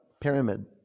Pyramid